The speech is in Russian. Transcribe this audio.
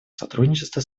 сотрудничества